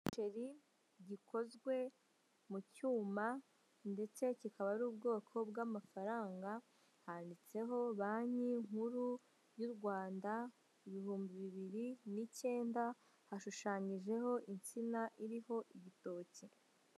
Igiceri gikozwe mu cyuma ndetse kikaba ari ubwoko bw'amafaranga, handitseho banki nkuru y'u Rwanda ibihumbi bibiri n'icyenda, hashushanyijeho insina iriho igitoki.